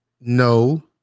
no